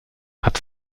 hat